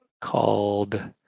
called